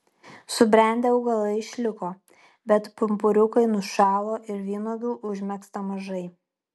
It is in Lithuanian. subrendę augalai išliko bet pumpuriukai nušalo ir vynuogių užmegzta mažai